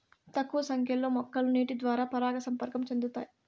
తక్కువ సంఖ్య లో మొక్కలు నీటి ద్వారా పరాగ సంపర్కం చెందుతాయి